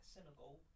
Senegal